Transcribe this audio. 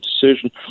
decision